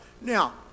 Now